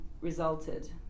resulted